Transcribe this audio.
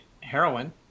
heroin